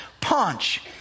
punch